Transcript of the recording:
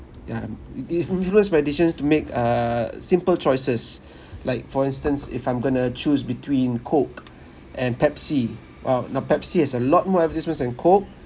yeah it influence my decisions to make uh simple choices like for instance if I'm going to choose between coke and pepsi uh now pepsi has a lot more advertisements than coke